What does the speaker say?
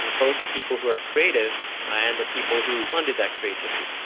ah both the people who are creative ah and the people who funded that creativity.